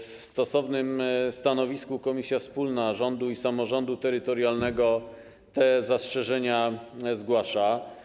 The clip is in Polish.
W stosownym stanowisku Komisja Wspólna Rządu i Samorządu Terytorialnego te zastrzeżenia zgłasza.